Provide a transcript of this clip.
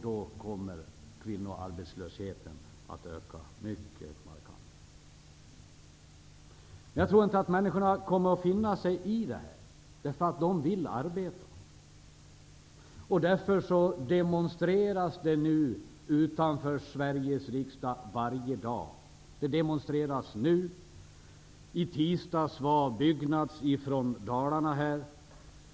Då kommer kvinnoarbetslösheten att öka mycket markant. Jag tror inte att människor kommer att finna sig i detta. De vill arbeta. Därför demonstreras det nu utanför Sveriges riksdag varje dag. I tisdags var Byggnads från Dalarna här.